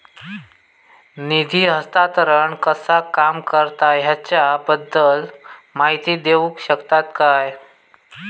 निधी हस्तांतरण कसा काम करता ह्याच्या बद्दल माहिती दिउक शकतात काय?